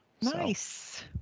Nice